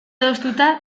adostuta